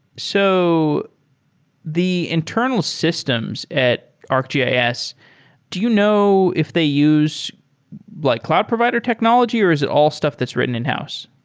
so the internal systems at arcgis, do you know if they use like cloud provider technology, or is it all stuff that's written in-house?